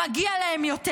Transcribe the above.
מגיע להם יותר.